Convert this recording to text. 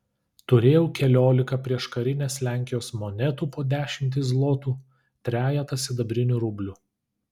turėjau keliolika prieškarinės lenkijos monetų po dešimtį zlotų trejetą sidabrinių rublių